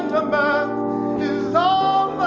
and long